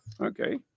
okay